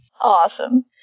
Awesome